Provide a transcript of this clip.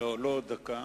לא, לא עוד דקה.